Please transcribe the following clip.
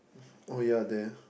oh ya there